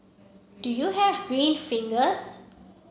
do you have green fingers